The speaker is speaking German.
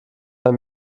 ein